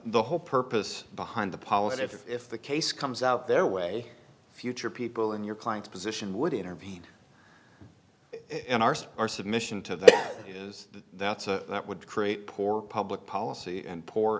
the whole purpose behind the policy if the case comes out their way future people in your client's position would intervene our submission to that is that's a that would create poor public policy and poor